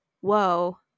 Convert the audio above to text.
whoa